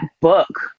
book